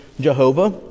Jehovah